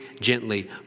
gently